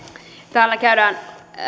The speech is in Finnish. täällä käydään